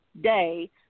day